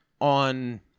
on